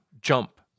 jump